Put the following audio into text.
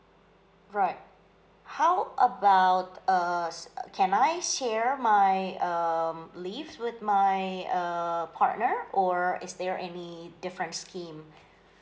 right how about uh so can I share my um leaves with my uh partner or is there any different scheme